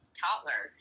toddler